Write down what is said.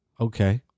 Okay